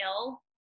ill